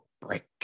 break